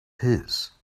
his